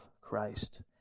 Christ